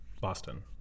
Boston